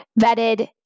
vetted